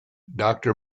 doctor